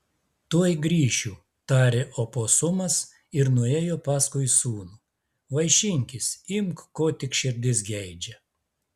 tuoj grįšiu tarė oposumas ir nuėjo paskui sūnų vaišinkis imk ko tik širdis geidžia